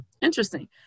interesting